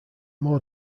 more